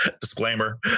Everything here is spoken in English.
disclaimer